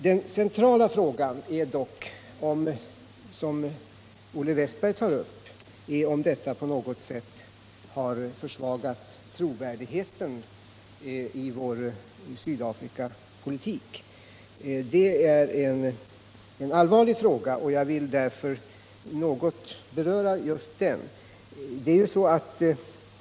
Den centrala frågan är dock, vilket Olle Wästberg i Stockholm tar upp, om detta på något sätt har försvagat trovärdigheten i vår Sydafrikapolitik. Det är en allvarlig fråga, och jag vill därför något beröra just den.